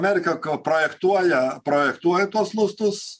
amerika kol projektuoja projektuoja tuos lustus